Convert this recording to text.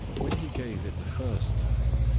when he gave it the first time,